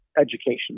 education